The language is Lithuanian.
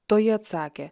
toji atsakė